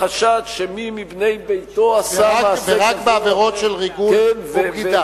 החשד שמי מבני ביתו עשה מעשה כזה או אחר,